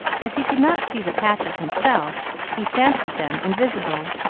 as he could not see the patches himself, he fancied them invisible,